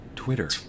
Twitter